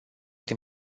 din